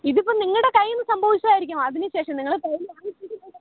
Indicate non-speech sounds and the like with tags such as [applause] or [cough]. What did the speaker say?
ഇതിപ്പം നിങ്ങളുടെ കയ്യിൽ നിന്നു സംഭവിച്ചതായിരിക്കും അതിനു ശേഷം നിങ്ങൾ [unintelligible]